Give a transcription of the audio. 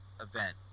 event